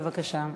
בבקשה.